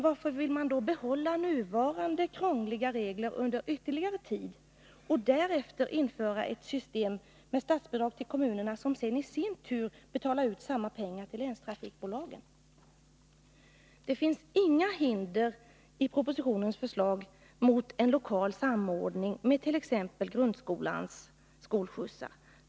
Varför vill ni då behålla nuvarande krångliga regler under ytterligare en tid och därefter införa ett system med statsbidrag till kommunerna, som sedan i sin tur betalar ut samma pengar till länstrafikbolagen? Det finns inga hinder i propositionens förslag för en lokal samordning med t.ex. grundskolans skolskjutsar.